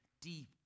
deep